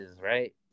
right